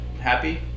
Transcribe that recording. happy